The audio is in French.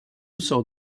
sort